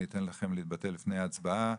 אני אתן לכם להתבטא לפני ההצבעה.